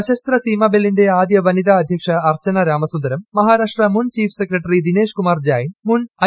സശസ്ത്ര സീമാബെല്ലിന്റെ ആദ്യ വനിത്യ് അർധ്യക്ഷ അർച്ചനാ രാമസുന്ദരം മഹാരാഷ്ട്ര മുൻ ചീഫ് സ്ട്രികട്ടറി ദിനേശ് കുമാർ ജൈൻ മുൻ ഐ